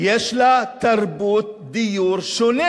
יש לה תרבות דיור שונה.